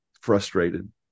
frustrated